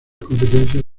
competencias